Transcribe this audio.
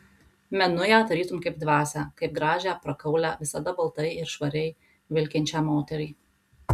menu ją tarytum kaip dvasią kaip gražią prakaulią visada baltai ir švariai vilkinčią moterį